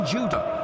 Judah